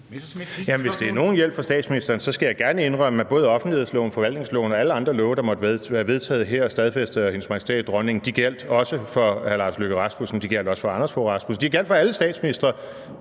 hvis det er nogen hjælp for statsministeren, så skal jeg gerne indrømme, at både offentlighedsloven, forvaltningsloven og alle andre love, der måtte være vedtaget her og stadfæstet af Hendes Majestæt Dronningen, også gjaldt for hr. Lars Løkke Rasmussen, de gjaldt også for hr. Anders Fogh Rasmussen – de gjaldt for alle statsministre.